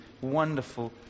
wonderful